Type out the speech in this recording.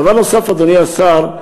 דבר נוסף, אדוני השר.